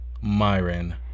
Myron